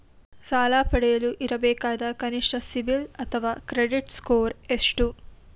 ಸಾಲ ಪಡೆಯಲು ಇರಬೇಕಾದ ಕನಿಷ್ಠ ಸಿಬಿಲ್ ಅಥವಾ ಕ್ರೆಡಿಟ್ ಸ್ಕೋರ್ ಎಷ್ಟು?